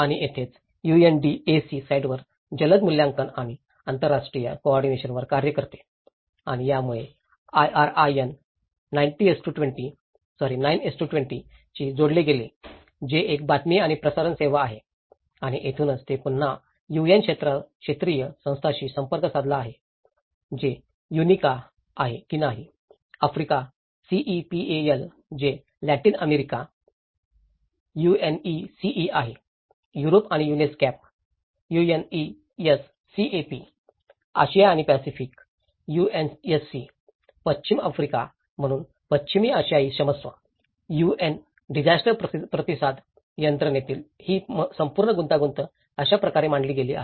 आणि येथेच UNDAC साइटवर जलद मूल्यांकन आणि आंतरराष्ट्रीय कोऑर्डिनेशनावर कार्य करते आणि यामुळे IRIN 920 शी जोडले गेले जे एक बातमी आणि प्रसारण सेवा आहे आणि येथूनच ते पुन्हा यूएन क्षेत्रीय संस्थांशी संपर्क साधत आहे ते युनिका आहे की नाही आफ्रिका सीईपीएएल जे लॅटिन अमेरिका UNECE आहे युरोप आणि युनेस्कॅप आशिया आणि पॅसिफिक यूएनएससी पश्चिम आफ्रिका म्हणून पश्चिमी आशिया क्षमस्व यूएन डिजास्टर प्रतिसाद यंत्रणेतील ही संपूर्ण गुंतागुंत अशा प्रकारे मांडली गेली आहे